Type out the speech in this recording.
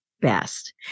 best